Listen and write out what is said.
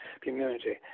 community